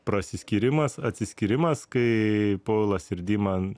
prasiskyrimas atsiskyrimas kai povilas ir diman